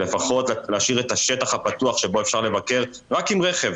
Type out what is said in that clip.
לפחות להשאיר את השטח הפתוח שבו אפשר לבקר רק עם רכב.